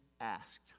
asked